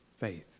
Faith